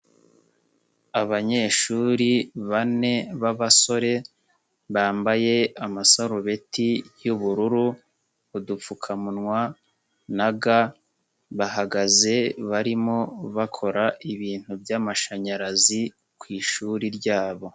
Abanyeshuri bane b'abasore, bambaye amasarubeti y'ubururu, udupfukamunwa na ga, bahagaze barimo bakora ibintu by'amashanyarazi ku ishuri ryabo.